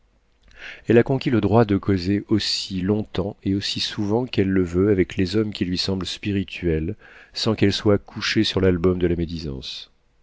elle a conquis le droit de causer aussi longtemps et aussi souvent qu'elle le veut avec les hommes qui lui semblent spirituels sans qu'elle soit couchée sur l'album de la médisance